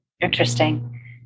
Interesting